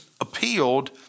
appealed